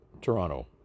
Toronto